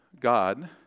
God